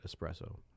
espresso